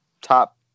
top